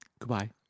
Goodbye